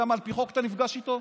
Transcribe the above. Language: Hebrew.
גם על פי חוק אתה נפגש איתו,